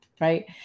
Right